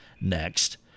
Next